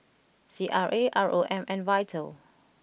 C R A R O M and Vital